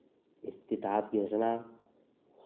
इस किताब की रचना